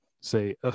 say